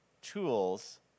tools